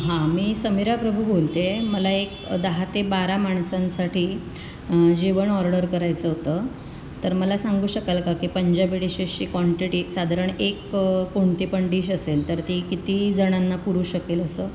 हां मी समीरा प्रभू बोलते आहे मला एक दहा ते बारा माणसांसाठी जेवण ऑर्डर करायचं होतं तर मला सांगू शकाल का की पंजाबी डिशेशची कॉन्टेटी साधारण एक कोणती पण डिश असेल तर ती किती जणांना पुरू शकेल असं